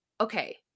okay